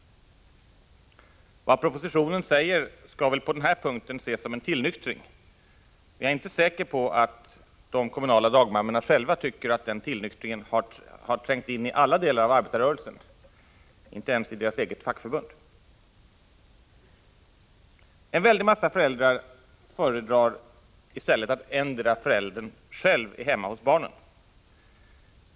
Vad propositionen säger skall väl på den här punkten ses som en tillnyktring, men jag är inte säker på att de kommunala dagmammorna själva tycker att den tillnyktringen ännu har trängt in i alla delar av arbetarrörelsen, t.ex. i deras eget fackförbund. En väldig massa föräldrar föredrar att endera föräldern själv är hemma hos barnen.